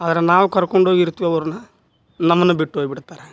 ಆದ್ರೆ ನಾವು ಕರ್ಕೊಂಡೋಗಿ ಇರ್ತೀವಿ ಅವ್ರನ್ನು ನಮ್ಮನ್ನ ಬಿಟ್ಟೋಗಿ ಬಿಡ್ತಾರೆ